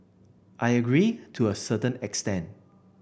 I agree to a certain extent